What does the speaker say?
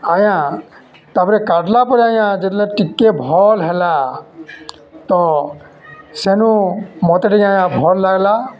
ଆଜ୍ଞା ତା'ର୍ପରେ କାଟ୍ଲା ପରେ ଆଜ୍ଞା ଯେତେବେଲେ ଟିକେ ଭଲ୍ ହେଲା ତ ସେନୁ ମତେ ଟିକେ ଆଜ୍ଞା ଭଲ୍ ଲାଗ୍ଲା